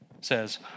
says